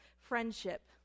friendship